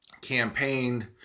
campaigned